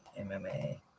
MMA